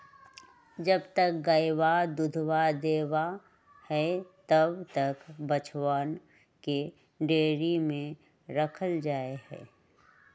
जब तक गयवा दूधवा देवा हई तब तक बछड़वन के डेयरी में रखल जाहई